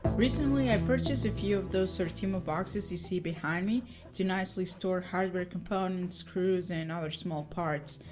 recently i purchased a few of those sortimo boxes you see behind me to nicely store hardware components, screws and other small parts.